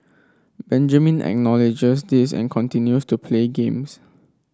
Benjamin acknowledges this and continues to play games